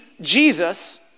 Jesus